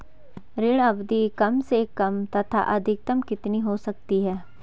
ऋण अवधि कम से कम तथा अधिकतम कितनी हो सकती है?